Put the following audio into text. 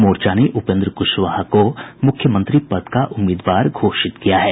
मोर्चा ने उपेन्द्र कुशवाहा को मुख्यमंत्री पद का उम्मीदवार घोषित किया है